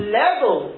level